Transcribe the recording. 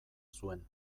zuen